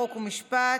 חוק ומשפט,